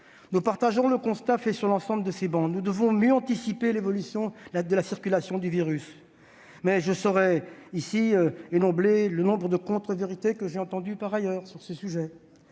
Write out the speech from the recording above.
nous partageons le constat fait sur l'ensemble de ces travées : nous devons mieux anticiper l'évolution de la circulation du virus. Mais je ne saurais dénombrer ici les contrevérités que j'ai entendues sur ce sujet